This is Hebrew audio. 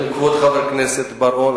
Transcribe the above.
כבוד חבר הכנסת בר-און,